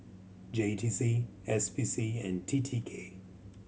J T C S P C and T T K